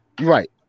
right